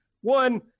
one